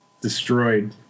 destroyed